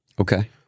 Okay